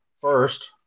first